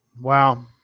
Wow